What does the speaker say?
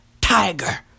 Tiger